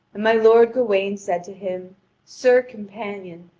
and my lord gawain said to him sir companion,